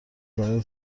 زده